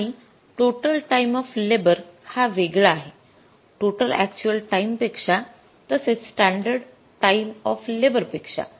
आणि total time of labour हा वेगळा आहे टोटल अक्चुअल टाइम पेक्षा तसेच स्टॅंडर्ड टाइम ऑफ लेबर पेक्षा